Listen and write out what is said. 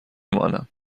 مانم